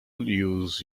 use